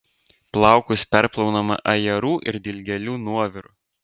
plaukus perplauname ajerų ir dilgėlių nuoviru